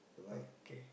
okay